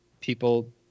People